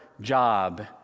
job